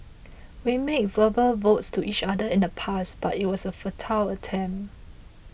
we made verbal vows to each other in the past but it was a futile attempt